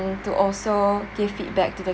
and to also give feedback to the